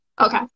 Okay